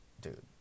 dude